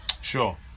Sure